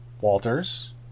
Walters